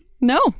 No